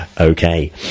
Okay